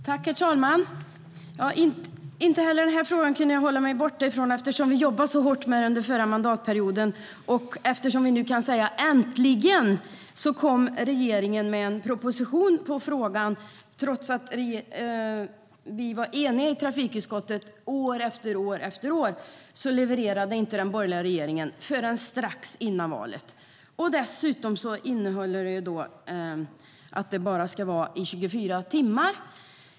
Herr talman! Jag kunde inte hålla mig borta från den här frågan heller eftersom vi jobbade så hårt med den under förra mandatperioden. Nu kom regeringen äntligen med en proposition om frågan! Trots att vi i trafikutskottet var eniga i frågan år efter år levererade inte den borgerliga regeringen en proposition förrän strax före valet. Dessutom står det i propositionen att klampningen bara ska vara i 24 timmar.